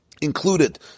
included